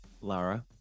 Lara